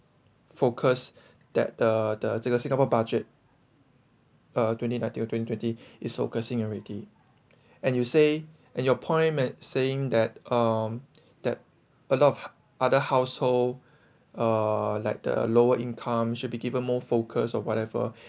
focus that the the the singapore budget uh twenty until twenty twenty is focusing already and you say and your point saying that um that a lot of other household uh like the lower income should be given more focus or whatever